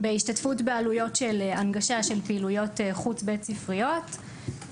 בהשתתפות בעלויות של הנגשה של פעילויות חוץ בית ספריות,